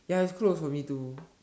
ya is close for me too